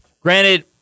granted